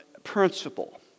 principle